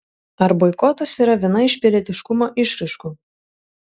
ar boikotas yra viena iš pilietiškumo išraiškų